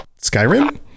Skyrim